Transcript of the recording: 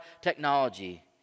technology